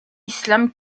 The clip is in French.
islam